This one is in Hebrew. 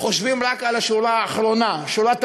חושבים רק על השורה האחרונה: שורת הרווח.